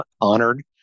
honored